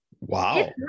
wow